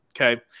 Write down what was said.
Okay